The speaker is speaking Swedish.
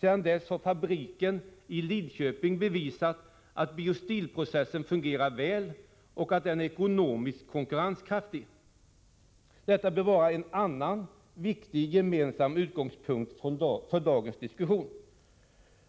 Sedan dess har fabriken i Lidköping bevisat att biostilprocessen fungerar väl och att den är ekonomiskt konkurrenskraftig. Detta bör vara en annan viktig gemensam utgångspunkt för dagens diskussion.